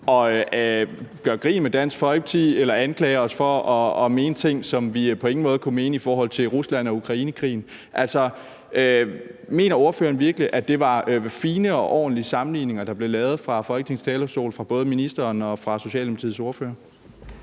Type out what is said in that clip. og gør grin med Dansk Folkeparti eller anklager os for at mene ting, som vi på ingen måde kunne mene i forhold til Rusland og Ukrainekrigen. Altså, mener ordføreren virkelig, at det var fine og ordentlige sammenligninger, der blev lavet fra Folketingets talerstol af både ministeren og Socialdemokratiets ordfører?